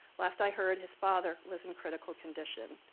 last i heard his father was in critical condition.